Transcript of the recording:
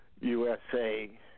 USA